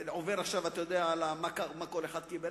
אני לא עובר עכשיו על מה כל אחד קיבל.